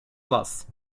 was